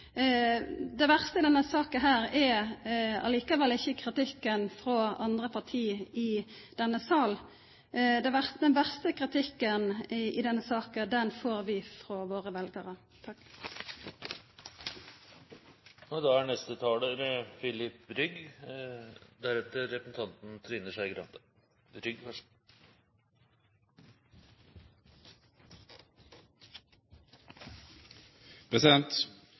Det verste med denne saka er likevel ikkje kritikken frå andre parti i denne salen. Den verste kritikken i denne saka får vi frå våre veljarar. Lokalsykehusene er en viktig del av norsk helsetjeneste. De er